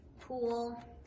pool